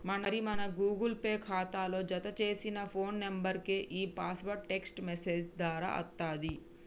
మరి మన Google pay ఖాతాలో జతచేసిన ఫోన్ నెంబర్కే ఈ పాస్వర్డ్ టెక్స్ట్ మెసేజ్ దారా అత్తది